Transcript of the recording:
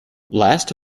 last